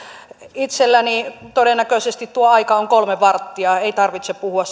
itselläni todennäköisesti tuo aika on kolme varttia ei tarvitse puhua